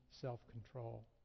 self-control